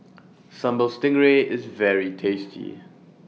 Sambal Stingray IS very tasty